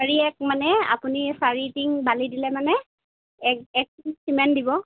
চাৰি এক মানে আপুনি চাৰি টিং বালি দিলে মানে এক এক টিং চিমেণ্ট দিব